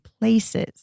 places